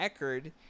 Eckerd